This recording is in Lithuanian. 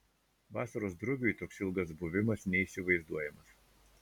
vasaros drugiui toks ilgas buvimas neįsivaizduojamas